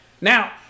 Now